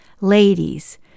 Ladies